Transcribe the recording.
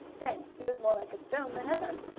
then he was more like a stone than ever.